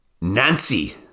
Nancy